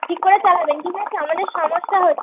ঠিক করে চালাবেন ঠিক আছে আমাদের সমস্যা হচ্ছে